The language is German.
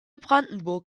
brandenburg